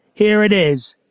here it is